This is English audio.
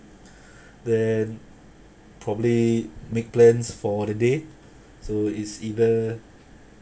then probably make plans for the day so it's either